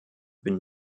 been